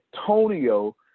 Antonio